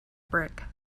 brick